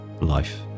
life